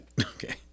Okay